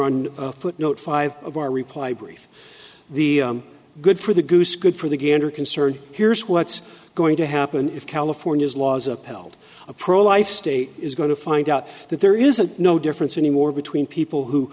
on footnote five of our reply brief the good for the goose good for the gander concerned here's what's going to happen if california's laws upheld a pro life state is going to find out that there isn't no difference anymore between people who